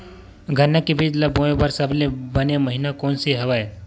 गन्ना के बीज ल बोय बर सबले बने महिना कोन से हवय?